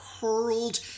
hurled